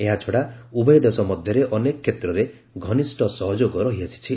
ଏହାଛଡ଼ା ଉଭୟ ଦେଶ ମଧ୍ୟରେ ଅନେକ କ୍ଷେତ୍ରରେ ଘନିଷ୍ଠ ସହଯୋଗ ରହିଆସିଛି